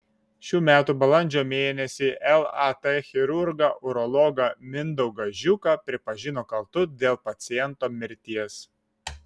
šių metų balandžio mėnesį lat chirurgą urologą mindaugą žiuką pripažino kaltu dėl paciento mirties